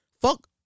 Fuck